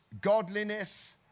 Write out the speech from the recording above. godliness